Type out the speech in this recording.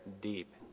deep